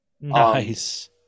Nice